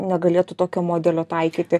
negalėtų tokio modelio taikyti